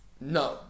No